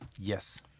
Yes